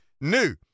new